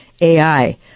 AI